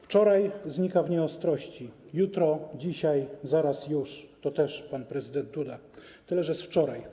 Wczoraj znika w nieostrości, jutro, dzisiaj, zaraz, już” - to pan prezydent Duda, tyle że z wczoraj.